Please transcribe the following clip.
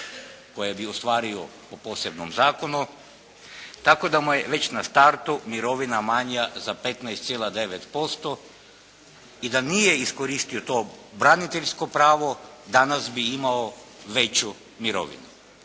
koje bi ostvario po posebnom zakonu tako da mu je već na startu mirovina manja za 15,9% i da nije iskoristio to braniteljsko pravo danas bi imao veću mirovinu.